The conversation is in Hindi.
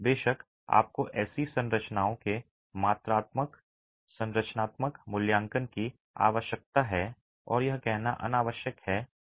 बेशक आपको ऐसी संरचनाओं के मात्रात्मक संरचनात्मक मूल्यांकन की आवश्यकता है और यह कहना अनावश्यक है